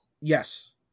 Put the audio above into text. Yes